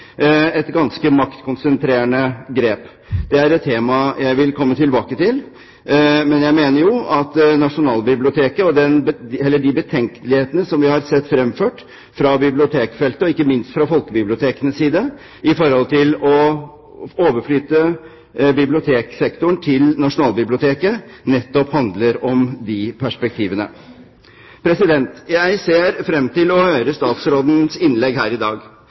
et ganske maktkonsentrerende grep. Det er et tema jeg vil komme tilbake til. Men jeg mener jo at de betenkelighetene vi har sett fremført fra bibliotekfeltet og ikke minst fra folkebibliotekenes side i forhold til å overflytte biblioteksektoren til Nasjonalbiblioteket, nettopp handler om de perspektivene. Jeg ser frem til å høre statsrådens innlegg her i dag.